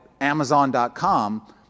Amazon.com